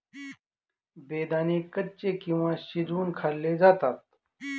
बेदाणे कच्चे किंवा शिजवुन खाल्ले जातात